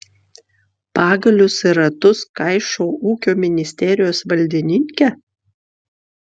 pagalius į ratus kaišo ūkio ministerijos valdininkė